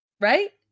Right